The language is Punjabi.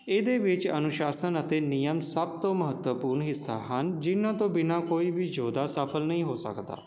ਇਹਦੇ ਵਿੱਚ ਅਨੁਸ਼ਾਸਨ ਅਤੇ ਨਿਯਮ ਸਭ ਤੋਂ ਮਹੱਤਵਪੂਰਨ ਹਿੱਸਾ ਹਨ ਜਿਹਨਾਂ ਤੋਂ ਬਿਨਾਂ ਕੋਈ ਵੀ ਯੋਧਾ ਸਫਲ ਨਹੀਂ ਹੋ ਸਕਦਾ